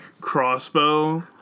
crossbow